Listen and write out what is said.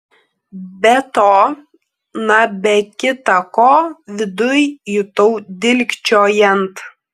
be to na be kita ko viduj jutau dilgčiojant